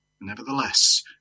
Nevertheless